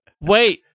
Wait